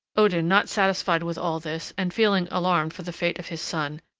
odin, not satisfied with all this, and feeling alarmed for the fate of his son,